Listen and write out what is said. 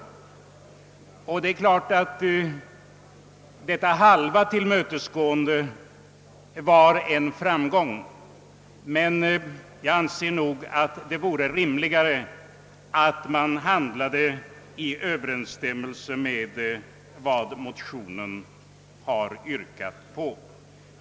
Det är klart att detta halva tillmötesgående var en framgång, men det vore nog rimligare, om man hade handlat i överensstämmelse med motionens yrkande.